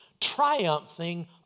Triumphing